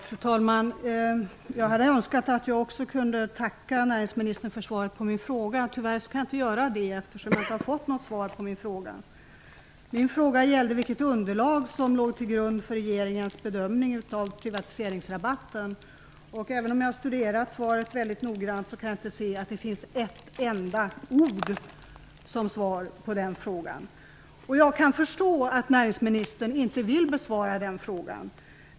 Fru talman! Jag hade önskat att också jag kunde tacka näringsministern för svaret på min fråga. Tyvärr kan jag inte göra det, eftersom jag inte fått något svar på min fråga. Den gällde vilket underlag som låg till grund för regeringens bedömning av privatiseringsrabatten. Även om jag studerat svaret väldigt noggrant, kan jag inte se ett enda ord som svar på frågan. Jag kan förstå att näringsministern inte vill besvara min fråga.